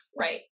Right